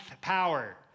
power